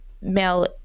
male